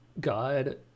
God